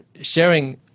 sharing